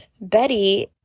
Betty